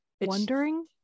Wondering